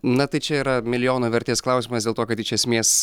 na tai čia yra milijono vertės klausimas dėl to kad iš esmės